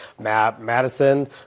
madison